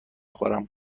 خورم